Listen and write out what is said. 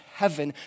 heaven